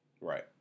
Right